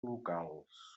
locals